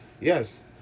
Yes